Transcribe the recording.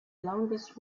longest